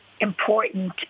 important